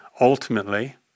Ultimately